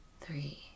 three